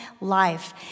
life